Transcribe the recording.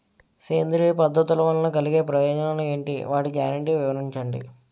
సేంద్రీయ పద్ధతుల వలన కలిగే ప్రయోజనాలు ఎంటి? వాటి గ్యారంటీ వివరించండి?